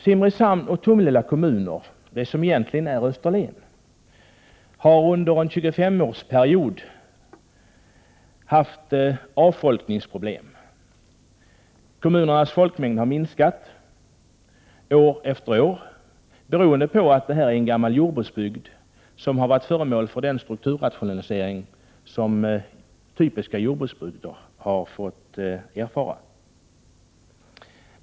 Simrishamn och Tomelilla kommuner, det som egentligen är Österlen, har under en tjugofemårsperiod haft avfolkningsproblem. Kommunernas folkmängd har minskat år efter år, beroende på att detta är en gammal jordbruksbygd som har varit föremål för den strukturrationalisering som typiska jordbruksbygder har fått erfara.